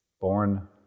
born